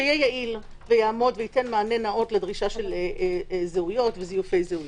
שיהיה יעיל וייתן מענה נאות לדרישה של זיופי זהויות.